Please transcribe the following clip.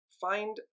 Find